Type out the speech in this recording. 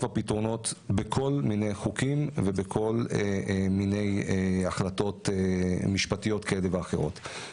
פתרונות בכל מיני חוקים וכל מיני החלטות משפטיות כאלה ואחרות.